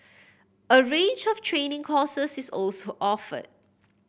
a range of training courses is also offered